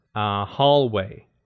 Hallway